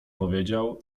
powiedział